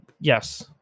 Yes